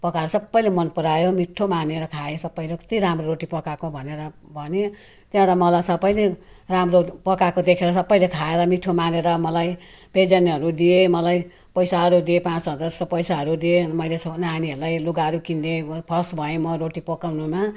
पकाएर सबैले मनपरायो मिठो मानेर खायो सबै र कति राम्रो रोटी पकाएको भनेर भन्यो त्यहाँबाट मलाई सबैले राम्रो पकाएको देखेर सबैले खाएर मिठो मानेर मलाई प्रेजेन्टहरू दिए मलाई पैसाहरू दिए पाँच हजार जस्तो पैसाहरू दिए मैले यसो नानीहरूलाई लुगाहरू किनिदेिएँ फर्स्ट भएँ म रोटी पकाउनुमा